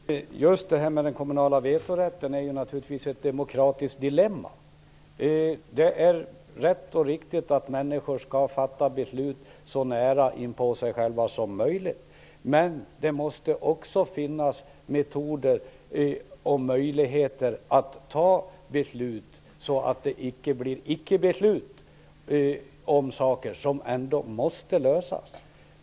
Fru talman! Just det här med den kommunala vetorätten är ett demokratiskt dilemma. Det är rätt och riktigt att människor skall fatta beslut så nära inpå sig själva som möjligt. Men det måste också finnas metoder och möjligheter att fatta beslut om saker som måste lösas så att de inte blir icke-beslut.